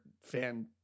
fan